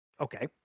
okay